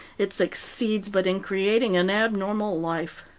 it succeeds but in creating an abnormal life.